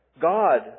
God